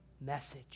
message